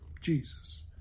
Jesus